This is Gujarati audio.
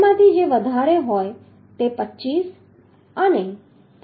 બેમાંથી જે વધારે હોય તે 25 અને 23